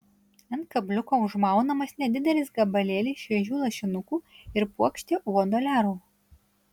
ant kabliuko užmaunamas nedidelis gabalėlis šviežių lašinukų ir puokštė uodo lervų